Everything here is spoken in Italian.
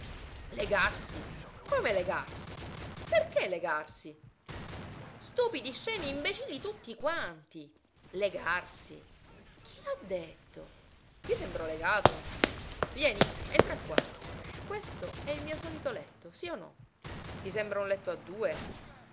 legarsi come legarsi perché legarsi stupidi scemi imbecilli tutti quanti legarsi chi l'ha detto ti sembro legato vieni entra qua questo è il mio solito letto sì o no ti sembra un letto a due